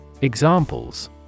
Examples